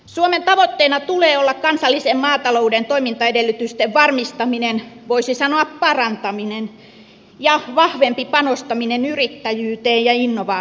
suomen tavoitteina tulee olla kansallisen maatalouden toimintaedellytysten varmistaminen voisi sanoa parantaminen ja vahvempi panostaminen yrittäjyyteen ja innovaatioihin